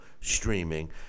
streaming